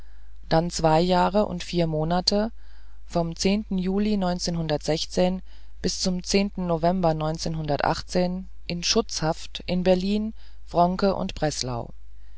dann zwei jahre und vier monate vom juli bis zum november in schutzhaft in berlin wronke und breslau